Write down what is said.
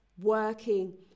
working